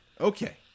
Okay